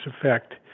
effect